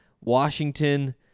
Washington